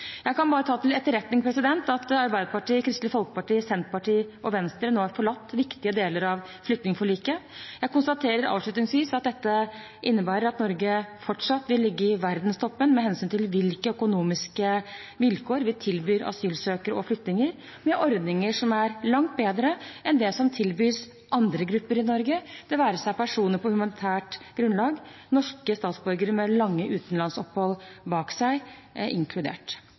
Jeg kan bare ta til etterretning at Arbeiderpartiet, Kristelig Folkeparti, Senterpartiet og Venstre nå har forlatt viktige deler av flyktningforliket. Jeg konstaterer avslutningsvis at dette innebærer at Norge fortsatt vil ligge i verdenstoppen med hensyn til hvilke økonomiske vilkår vi tilbyr asylsøkere og flyktninger, med ordninger som er langt bedre enn det som tilbys andre grupper i Norge, det være seg personer som er kommet på humanitært grunnlag, norske statsborgere med lange utenlandsopphold bak seg, inkludert.